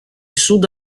sud